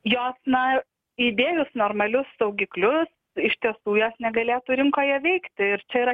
jos na įdėjus normalius saugiklius iš tiesų jos negalėtų rinkoje veikti ir čia yra